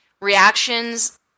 reactions